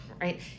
right